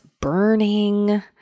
burning